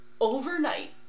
overnight